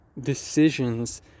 decisions